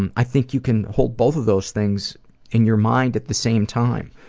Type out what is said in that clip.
and i think you can hold both of those things in your mind at the same time,